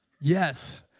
Yes